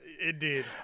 Indeed